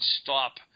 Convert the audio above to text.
stop